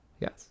Yes